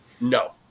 no